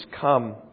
come